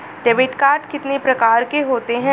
Debit card कितनी प्रकार के होते हैं?